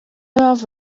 mpamvu